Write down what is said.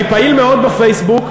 אני פעיל מאוד בפייסבוק,